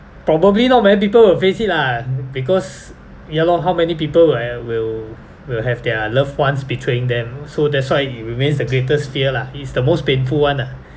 probably not many people will face it lah because ya lor how many people will ha~ will will have their loved ones betraying them so that's why it remains the greatest fear lah it is the most painful one ah